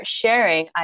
sharing